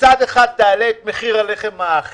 מצד אחד תעלה את מחיר הלחם האחיד.